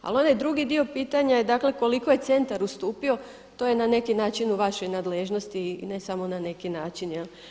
Ali onaj drugi dio pitanje je dakle koliko je centar ustupio, to je na neki način u vašoj nadležnosti i ne samo na neki način.